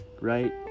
Right